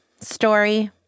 story